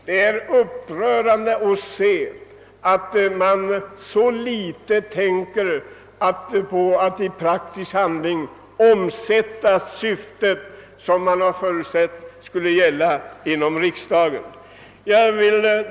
Det är upprörande att se att man så litet tänker på att i praktisk handling omsätta det syfte som man i riksdagen har förutsatt skulle uppnås.